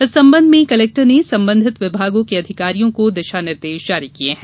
इस संबंध में कलेक्टर ने संबंधित विभागों के अधिकारियों को दिशा निर्देश जारी किये हैं